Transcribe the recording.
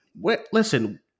Listen